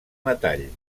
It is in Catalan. metall